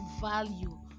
value